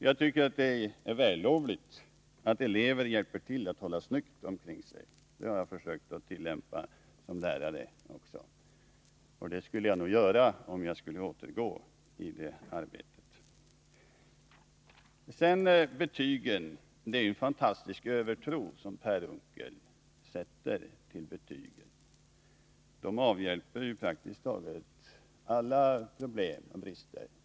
Jag tycker det är vällovligt att eleverna hjälper till att hålla snyggt omkring sig — det har jag också som lärare försökt att tillämpa, och det skulle jag nog göra om jag skulle återgå till det arbetet. Det är en fantastisk övertro Per Unckel har på betygen. De avhjälper praktiskt taget alla brister och problem.